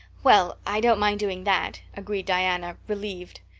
well, i don't mind doing that, agreed diana, relieved.